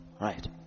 right